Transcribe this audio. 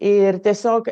ir tiesiog